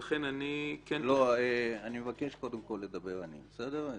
אני -- אני מבקש קודם כל לדבר, בסדר?